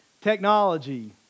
technology